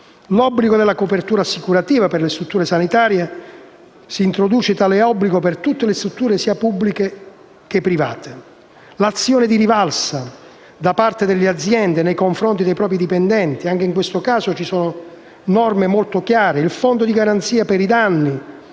l'obbligo di copertura assicurativa per le strutture sanitarie. Si introduce tale obbligo per tutte le strutture, sia pubbliche che private. È introdotta l'azione di rivalsa da parte delle aziende nei confronti dei propri dipendenti. Anche in questo caso, vi sono norme molto chiare. Ancora, vi è il fondo di garanzia per i danni